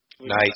Nice